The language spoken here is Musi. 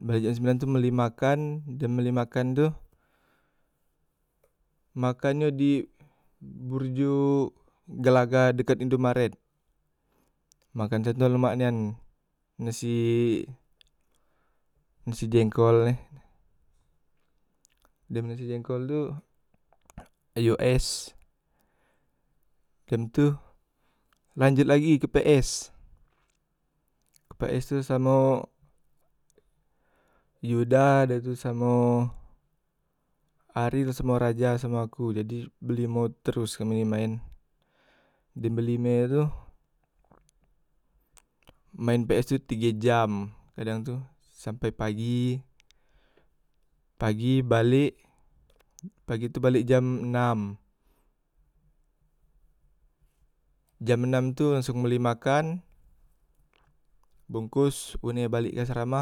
balek jam sembilan tu mbeli makan, da mbeli makan tu makan nyo di burjo gelagah dekat indomaret, makan situ lemak nian nasi, nasi jengkol e, dem nasi jengkol tu ayo es, dem tu lanjot lagi ke ps ke ps tu samo yoda, dah tu samo aril, samo raja, samo aku, jadi be limo teros kami maen, dem be lime tu main ps tu tige jam kadang tu sampai pagi, pagi balek, pagi tu balek jam enam, jam enam langsong beli makan, bongkos, ngunde balek asrama.